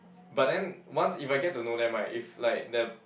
but then once if I get to know them right if like the